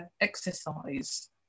exercise